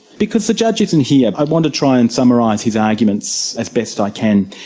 because the judge isn't here, i want to try and summarise his arguments as best i can.